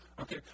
okay